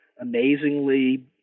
amazingly